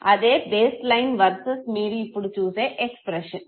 అదే baseline versus మీరు ఇప్పుడు చూసే ఎక్స్ప్రెషన్